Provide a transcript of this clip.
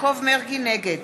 נגד